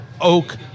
oak